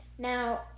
Now